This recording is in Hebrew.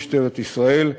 משטרת ישראל,